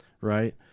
right